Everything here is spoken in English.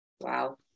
wow